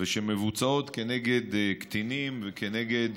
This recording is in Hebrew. ושמבוצעות כנגד קטינים וכנגד